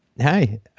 Hi